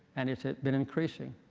and it's been increasing.